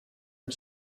and